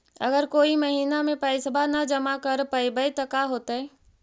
अगर कोई महिना मे पैसबा न जमा कर पईबै त का होतै?